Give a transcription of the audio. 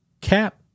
Cap